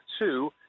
two